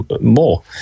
more